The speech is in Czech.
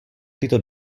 tyto